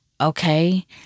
okay